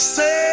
Say